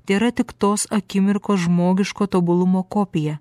tėra tik tos akimirkos žmogiško tobulumo kopija